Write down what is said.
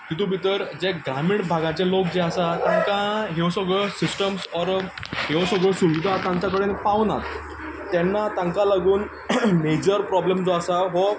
तितूंत भितर जे ग्रामीण भागाचे लोक जे आसा तांकां ह्यो सगळ्यो सिस्टम्स ओर ह्यो सगळ्यो सुविधा तांचे कडेन पावनात तेन्ना तांकां लागून मेजर प्रॉब्लेम जो आसा हो